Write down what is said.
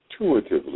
intuitively